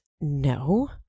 No